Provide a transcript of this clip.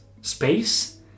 space